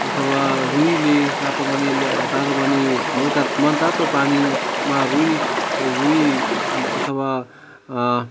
अथवा रुईले तातो पानीले तातो पानी हल्का मनतातो पानीमा रुई रुई अथवा